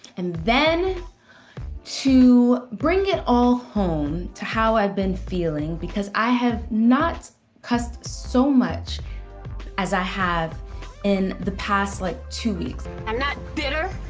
and then to bring it all home to how i've been feeling, because i have not cussed so much as i have in the past like two weeks i'm not bitter,